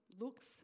looks